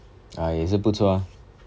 ah 也是不错 ah